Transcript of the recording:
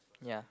yeah